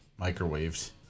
microwaved